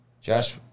Josh